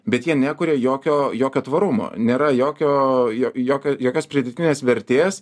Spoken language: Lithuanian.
bet jie nekuria jokio jokio tvarumo nėra jokio jokio jokios pridėtinės vertės